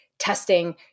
testing